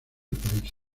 país